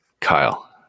Kyle